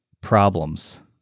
problems